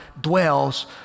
dwells